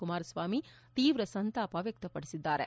ಕುಮಾರಸ್ವಾಮಿ ತೀವ್ರ ಸಂತಾಪ ವ್ಯಕ್ತಪಡಿಸಿದ್ದಾರೆ